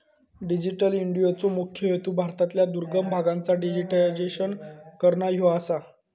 digital इंडियाचो मुख्य हेतू भारतातल्या दुर्गम भागांचा डिजिटायझेशन करना ह्यो आसा